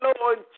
Lord